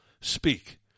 speak